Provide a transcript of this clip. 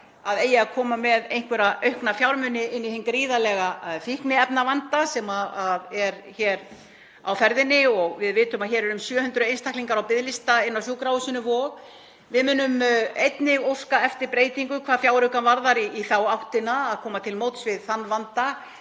það eigi að koma með einhverja aukna fjármuni til að bregðast við hinum gríðarlega fíkniefnavanda sem er hér á ferðinni. Við vitum að hér eru um 700 einstaklingar á biðlista inn á sjúkrahúsið Vog. Við munum einnig óska eftir breytingu hvað fjáraukann varðar í þá áttina að koma til móts við þann vanda,